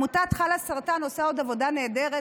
עמותת "חלאסרטן" עושה עבודה נהדרת,